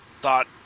thought